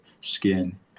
skin